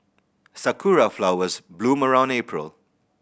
sakura flowers bloom around April